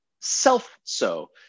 self-so